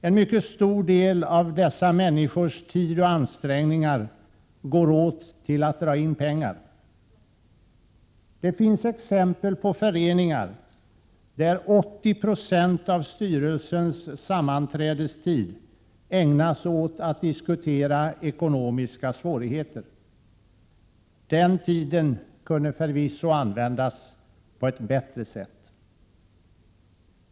En mycket stor del av dessa människors tid och ansträngningar går åt till att dra in pengar. Det finns exempel på föreningar, där 80 96 av styrelsens sammanträdestid ägnas åt att diskutera ekonomiska svårigheter. Den tiden kunde förvisso användas på ett bättre sätt.